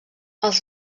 els